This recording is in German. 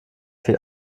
viel